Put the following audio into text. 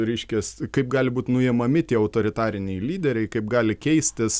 reiškias kaip gali būt nuimami tie autoritariniai lyderiai kaip gali keistis